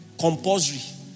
compulsory